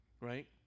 right